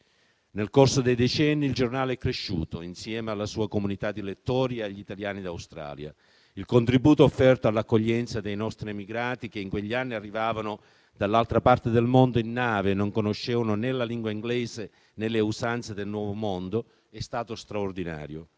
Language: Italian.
Nel corso dei decenni il giornale è cresciuto, insieme alla sua comunità di lettori e agli italiani d'Australia. Il contributo offerto all'accoglienza dei nostri emigrati, che in quegli anni arrivavano dall'altra parte del mondo in nave e non conoscevano né la lingua inglese, né le usanze del nuovo mondo, è stato straordinario,